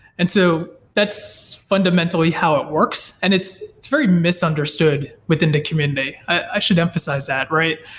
and so that's fundamentally how it works and it's very misunderstood within the community. i should emphasize that, right?